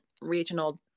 regional